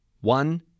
one